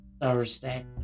Thursday